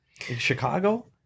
Chicago